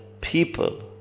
people